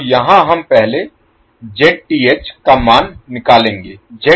तो यहाँ पहले हम का मान निकालेंगे